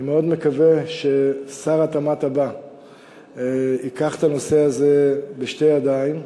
אני מאוד מקווה ששר התמ"ת הבא ייקח את הנושא הזה בשתי ידיים.